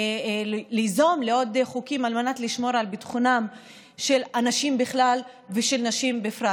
ליזום עוד חוקים על מנת לשמור על ביטחונם של אנשים בכלל ושל נשים בפרט.